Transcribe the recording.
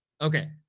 Okay